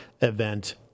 event